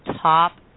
top